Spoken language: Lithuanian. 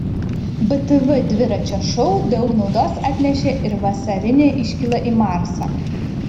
btv dviračio šou daug naudos atnešė ir vasarinė iškyla į marsą